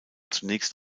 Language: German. zunächst